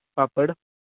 पापड